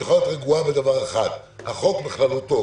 את יכולה להיות רגועה בדבר אחד והוא שהחוק בכללותו,